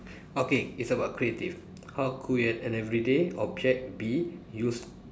okay it's about creative how could an an everyday object be used